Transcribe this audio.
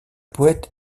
poète